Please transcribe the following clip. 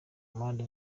mpande